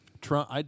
Trump